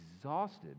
exhausted